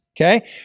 okay